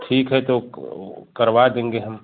ठीक है तो वह करवा देंगे हम